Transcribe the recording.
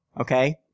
okay